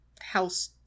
house